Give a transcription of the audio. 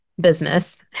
business